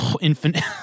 Infinite